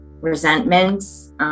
resentments